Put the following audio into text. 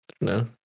No